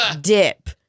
dip